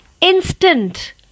instant